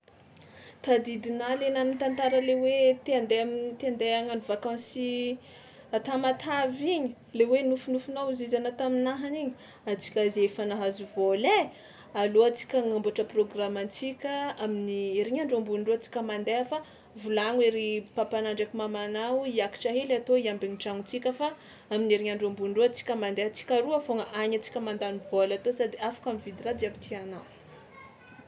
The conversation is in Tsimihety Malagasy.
Tadidinà le anà nitantara le hoe te handeha am- te handeha hagnano vakansy à Tamatave igny, le hoe nofinofinao hozizy anao taminaha n'igny? Antsika izay efa nahazo vôla e, alô antsika agnamboatra prôgramantsika amin'ny herignandro ambony rô antsika mandeha fa volagno ery papanao ndraiky mamanao hiakatra hely atô hiambina ny tranontsika fa amin'ny herignandro ambony rô atsika mandeha antsika roa foagna any antsika mandany vôla tô sady afaka mividy raha jiaby tianao.